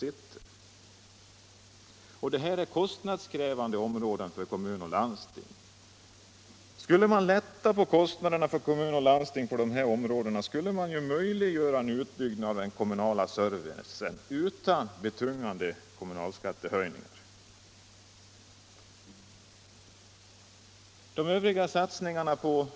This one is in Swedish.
Det är fråga om kostnadskrävande områden för kommuner och landsting. Skulle man kunna lätta på kostnaderna för kommuner och landsting på dessa områden, skulle man möjliggöra en utbyggnad av den kommunala servicen utan betungande kommunalskattehöjningar. Även Övriga satsningar på